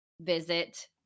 visit